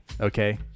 okay